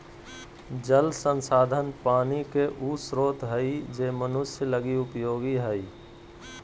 जल संसाधन पानी के उ स्रोत हइ जे मनुष्य लगी उपयोगी हइ